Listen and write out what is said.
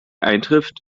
eintrifft